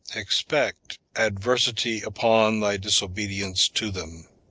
expect adversity upon thy disobedience to them.